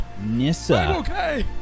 Nissa